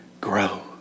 grow